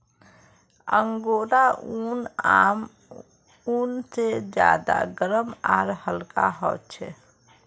angora ऊन आम ऊन से ज्यादा गर्म आर हल्का ह छे